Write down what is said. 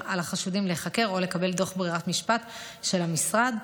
על החשודים להיחקר או לקבל דוח ברירת משפט של המשרד.